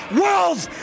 world's